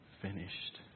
finished